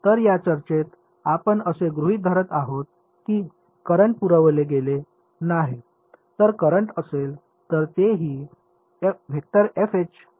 तर या चर्चेत आपण असे गृहित धरत आहोत की करंट पुरवले गेले नाही तर करंट असेल तर तेही या समीकरणात दिसेल